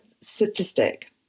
statistic